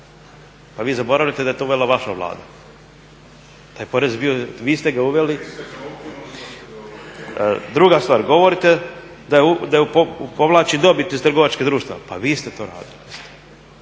pa vi zaboravljate da je to uvela vaša vlada. Taj porez ste vi uveli. Druga stvar govorite da povlači dobit iz trgovačkih društava, pa vi ste to radili